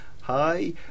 Hi